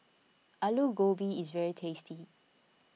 Alu Gobi is very tasty